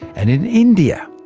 and in india,